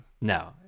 No